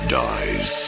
dies